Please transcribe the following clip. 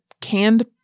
canned